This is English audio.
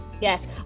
yes